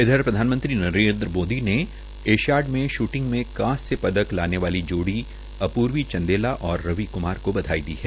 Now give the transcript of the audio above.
इधर प्रधानमंत्री नरेन्द्र मोदी ने एशियाड में शूटिंग मे कांस्य पदक लाने वाली जोड़ी अपूर्वी चंदेला और रवि क्मार को बधाई दी है